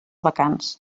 vacants